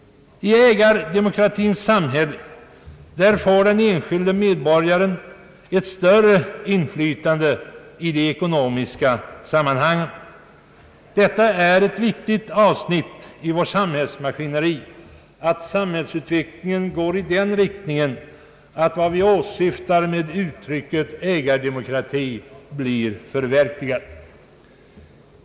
I ägardemokratins samhälle får den enskilde medborgaren ett större inflytande i de ekonomiska sammanhangen. Det gäller här ett viktigt avsnitt i vårt samhällsmaskineri, samhällsutvecklingen bör gå i den riktningen att vad vi åsyftar med uttrycket ägardemokrati blir förverkligat.